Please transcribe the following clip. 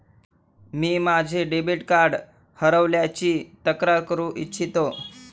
मी माझे debit card हरवल्याची तक्रार करू इच्छितो